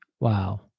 Wow